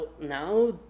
now